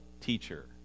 teacher